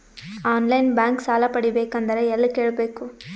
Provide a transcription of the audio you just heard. On line bank ಸಾಲ ಪಡಿಬೇಕಂದರ ಎಲ್ಲ ಕೇಳಬೇಕು?